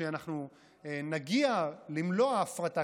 כשאנחנו נגיע למלוא ההפרטה,